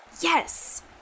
Yes